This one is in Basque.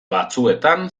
batzuetan